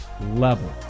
level